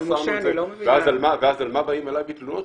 ואז על מה באים אליי בתלונות?